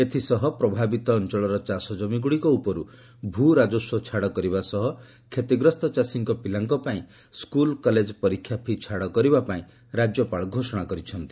ଏଥିସହ ପ୍ରଭାବିତ ଅଞ୍ଚଳର ଚାଷ ଜମିଗୁଡ଼ିକ ଉପରୁ ଜମି ରାଜସ୍ୱ ଛାଡ଼ କରିବା ସହ କ୍ଷତିଗ୍ରସ୍ତ ଚାଷୀଙ୍କ ପିଲାଙ୍କ ପାଇଁ ସ୍କୁଲ୍ କଲେଜ୍ ପରୀକ୍ଷା ଫି' ଛାଡ଼ କରିବା ପାଇଁ ରାଜ୍ୟ ପାଳ ଘୋଷଣା କରିଛନ୍ତି